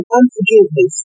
unforgiveness